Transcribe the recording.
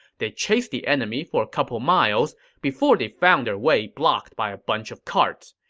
they chased the enemy for a couple miles before they found their way blocked by a bunch of carts.